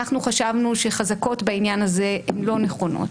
אנחנו חשבנו שחזקות בעניין הזה הן לא נכונות